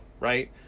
right